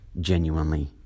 genuinely